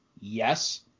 Yes